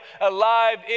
alive